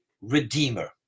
Redeemer